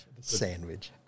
Sandwich